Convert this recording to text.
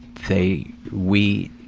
they, we,